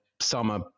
summer